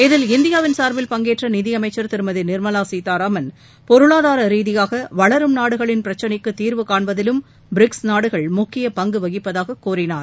இதில் இந்தியாவின் சார்பில் பங்கேற்ற நிதியமைச்சர் திருமதி நிர்மலா சீதாராமன் பொருளாதார ரீதியாக வளரும் நாடுகளின் பிரச்சினைக்கு தீர்வு காண்பதிலும் பிரிக்ஸ் நாடுகள் முக்கிய பங்கு வகிப்பதாக கூறினார்